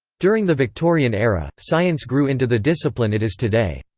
during the victorian era, science grew into the discipline it is today.